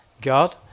God